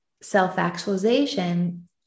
self-actualization